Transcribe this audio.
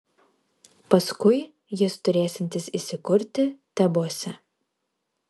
paskui jis turėsiantis įsikurti tebuose